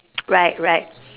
right right